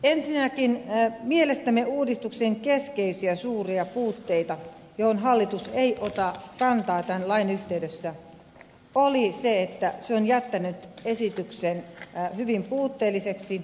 ensinnäkin mielestämme uudistuksen keskeisiä suuria puutteita joihin hallitus ei ota kantaa tämän lain yhteydessä oli se että se on jättänyt esityksen hyvin puutteelliseksi